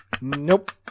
Nope